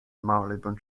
marylebone